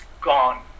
gone